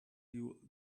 you